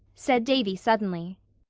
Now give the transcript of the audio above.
said davy suddenly.